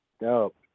Dope